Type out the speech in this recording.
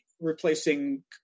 replacing